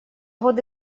годы